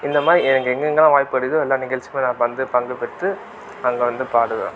இந்த மாதிரி எனக்கு எங்கெங்கல்லாம் வாய்ப்பு கிடைக்குதோ எல்லா நிகழ்ச்சிகள்லையுமே நான் வந்து பங்குப்பெற்று அங்கே வந்து பாடுவேன்